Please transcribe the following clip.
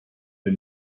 für